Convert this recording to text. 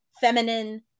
feminine